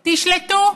תשלטו,